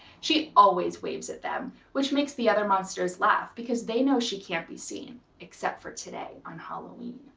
she always waves at them which makes the other monsters laugh because they know she can't be seen, except for today on halloween.